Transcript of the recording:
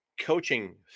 coaching